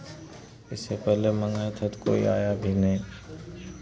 इससे पहले मंगाए थे तो कोई आया भी नहीं